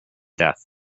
death